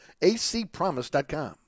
acpromise.com